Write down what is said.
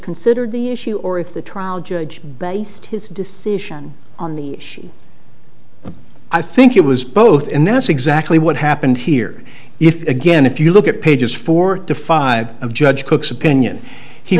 considered the issue or if the trial judge based his decision on the issue i think it was both and that's exactly what happened here if again if you look at pages four to five of judge cook's opinion he